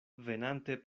venante